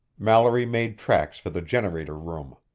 mallory made tracks for the generator room.